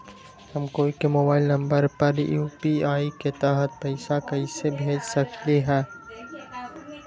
हम कोई के मोबाइल नंबर पर यू.पी.आई के तहत पईसा कईसे भेज सकली ह?